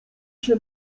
się